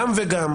גם וגם.